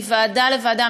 מוועדה לוועדה,